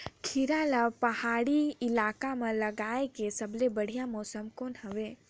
खीरा ला पहाड़ी इलाका मां लगाय के सबले बढ़िया मौसम कोन हवे?